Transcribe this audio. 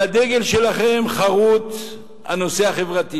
על הדגל שלכם חרות הנושא החברתי,